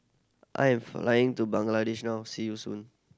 I am flying to Bangladesh now see you soon